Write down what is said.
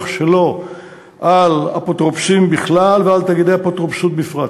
שלו על אפוטרופוסים בכלל ועל תאגידי אפוטרופסות בפרט.